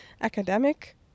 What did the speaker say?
academic